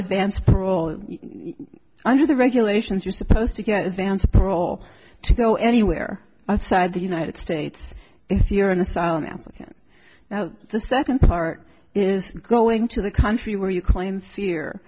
advance parole under the regulations you're supposed to get advanced parole to go anywhere outside the united states if you're an asylum applicant now the second part is going to the country where you claim